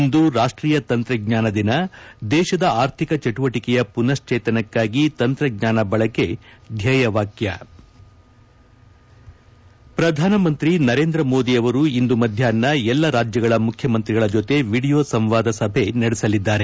ಇಂದು ರಾಷ್ಷೀಯ ತಂತ್ರಜ್ಞಾನ ದಿನ ದೇಶದ ಆರ್ಥಿಕ ಚಟುವಟಿಕೆಯ ಪುನಶ್ಲೇತನಕ್ಕಾಗಿ ತಂತ್ರಜ್ಞಾನ ಬಳಕೆ ಧ್ವೇಯ ವಾಕ್ಯ ಪ್ರಧಾನಮಂತ್ರಿ ನರೇಂದ್ರ ಮೋದಿ ಅವರು ಇಂದು ಮಧ್ಯಾಷ್ನ ಎಲ್ಲ ರಾಜ್ಯಗಳ ಮುಖ್ಯಮಂತ್ರಿಗಳ ಜತೆ ವೀಡಿಯೊ ಸಂವಾದ ಸಭೆ ನಡೆಸಲಿದ್ದಾರೆ